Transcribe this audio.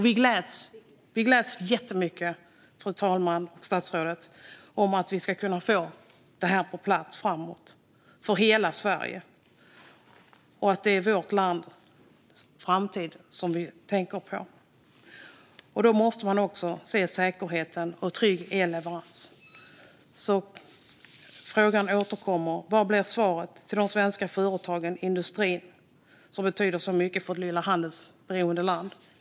Vi gläds jättemycket, fru talman och statsrådet, åt att vi ska kunna få det på plats framåt för hela Sverige och att det är vårt lands framtid som vi tänker på. Då måste man också se till säkerheten och trygg elleverans. Frågan återkommer. Vad blir svaret till de svenska företagen och industrin som betyder så mycket för vårt lilla handelsberoende land?